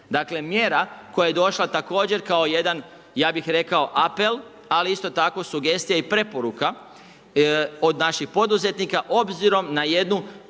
Dakle, mjera koja je došla također kao jedan, ja bih rekao apel, ali isto tako sugestija i preporuka od naših poduzetnika obzirom na jednu,